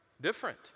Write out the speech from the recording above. Different